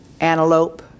antelope